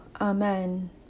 Amen